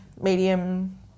medium